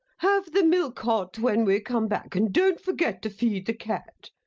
have the milk hot when we come back, and don't forget to feed the cat.